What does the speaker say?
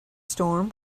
storm